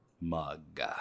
mug